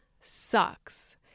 sucks